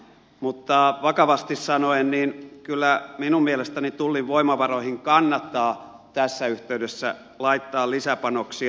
mutta vakavasti sanoen kyllä minun mielestäni tullin voimavaroihin kannattaa tässä yhteydessä laittaa lisäpanoksia